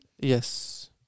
Yes